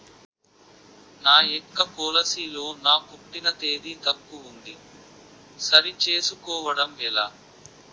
నా యెక్క పోలసీ లో నా పుట్టిన తేదీ తప్పు ఉంది సరి చేసుకోవడం ఎలా?